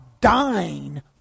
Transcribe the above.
dying